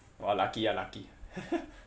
!wah! lucky ah lucky